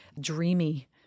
dreamy